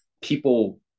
people